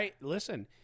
Listen